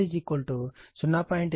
8 14